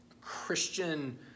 Christian